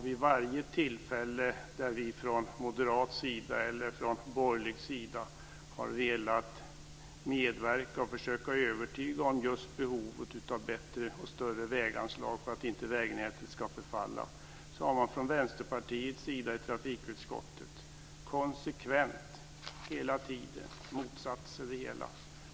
Vid varje tillfälle där vi från moderat sida eller borgerlig sida har velat medverka och försöka övertyga om just behovet av bättre och större väganslag för att inte vägnätet ska förfalla så har man från hela tiden - motsatt sig det hela.